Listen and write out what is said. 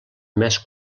més